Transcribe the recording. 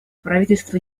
правительство